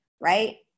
right